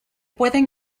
pueden